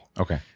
Okay